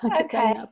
okay